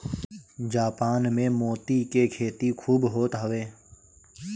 Japan में मोती के खेती खूब होत हवे